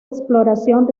exploración